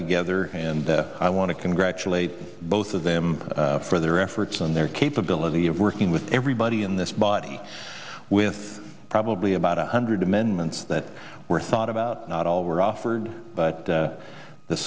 together and i want to congratulate both of them for their efforts and their capability of working with everybody in this body with probably about one hundred amendments that were thought about not all were offered but